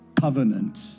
covenant